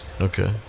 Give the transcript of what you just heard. Okay